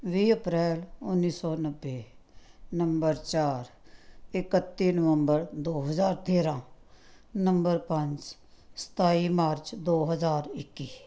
ਵੀਹ ਅਪ੍ਰੈਲ ਉੱਨੀ ਸੌ ਨੱਬੇ ਨੰਬਰ ਚਾਰ ਇਕੱਤੀ ਨਵੰਬਰ ਦੋ ਹਜ਼ਾਰ ਤੇਰਾਂ ਨੰਬਰ ਪੰਜ ਸਤਾਈ ਮਾਰਚ ਦੋ ਹਜ਼ਾਰ ਇੱਕੀ